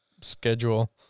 schedule